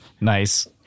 Nice